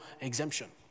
exemption